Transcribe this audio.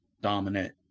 dominant